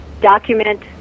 document